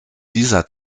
dieser